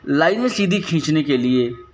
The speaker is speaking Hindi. लाइनें सीधी खींचने के लिए